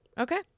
Okay